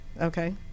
Okay